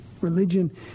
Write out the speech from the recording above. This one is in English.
Religion